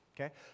Okay